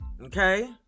Okay